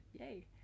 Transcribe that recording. yay